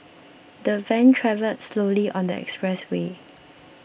the van travelled slowly on the expressway